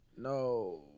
No